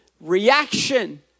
reaction